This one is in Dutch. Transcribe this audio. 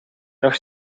nog